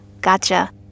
gotcha